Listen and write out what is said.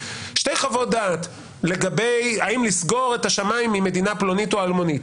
שתי חוות-דעת האם לסגור את השמיים עם מדינה פלונית אלמונית,